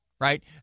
Right